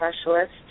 specialist